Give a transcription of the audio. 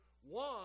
one